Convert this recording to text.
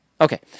okay